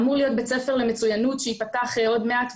אמור להיות בית ספר למצוינות שייפתח עוד מעט,